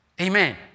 Amen